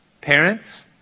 Parents